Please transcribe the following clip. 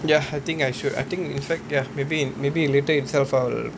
ya I think I should I think in fact ya maybe in maybe in later itself I will